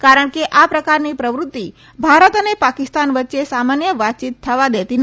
કારણ કે આ પ્રકારની પ્રવૃત્તિ ભારત અને પાકિસ્તાન વચ્ચે સામાન્ય વાતચીત થવા દેતી નથી